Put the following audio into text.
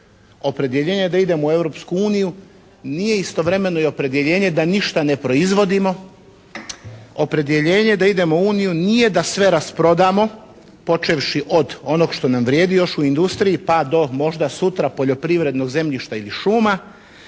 Opredjeljenje da idemo u Europsku uniju nije istovremeno i opredjeljenje da ništa ne proizvodimo, opredjeljenje da idemo u Uniju nije da sve rasprodamo, počevši od onog što nam vrijedi još u industriji pa do možda sutra poljoprivrednog zemljišta ili šuma